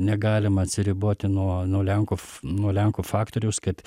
negalima atsiriboti nuo nuo lenkų nuo lenkų faktoriaus kad